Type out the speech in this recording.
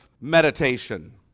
meditation